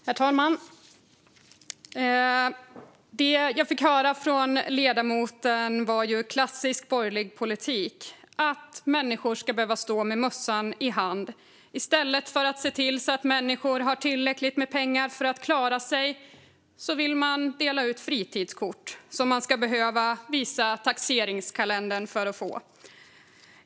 Herr talman! Det jag fick höra från ledamoten var klassisk borgerlig politik där människor ska behöva stå med mössan i hand. I stället för att se till att människor har tillräckligt med pengar för att klara sig vill regeringen dela ut fritidskort som man ska behöva visa taxeringskalendern för att få.